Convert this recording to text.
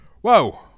Whoa